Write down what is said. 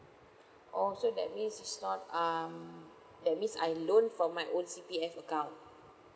oh so that means it's not um that means I loan from my own C_P_F account